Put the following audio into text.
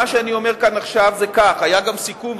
מה שאני אומר כאן עכשיו זה כך: היה גם סיכום,